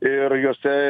ir juose